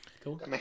Cool